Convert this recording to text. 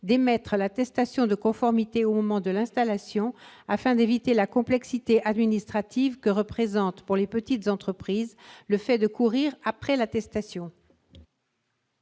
d'émettre l'attestation de conformité au moment de l'installation, afin d'éviter la complexité administrative que représente pour les petites entreprises le fait de courir après l'attestation.